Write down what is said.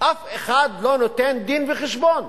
אף אחד לא נותן דין-וחשבון